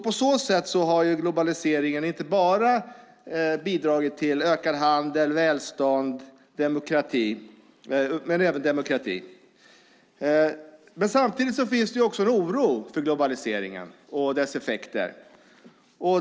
På så sätt har globaliseringen inte bara bidragit till ökad handel och ökat välstånd utan även till demokrati. Samtidigt finns det också en oro för globaliseringen och dess effekter.